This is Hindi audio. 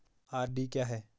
आर.डी क्या है?